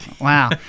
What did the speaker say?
Wow